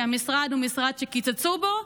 כי המשרד הוא משרד שקיצצו בו,